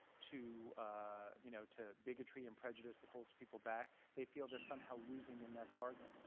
to ah you know to bigotry and prejudice that holds people back, they feel they're somehow losing in that bargain.